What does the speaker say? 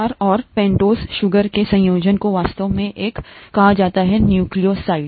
आधार और पैंटोज चीनी के संयोजन को वास्तव में ए कहा जाता है न्यूक्लीओसाइड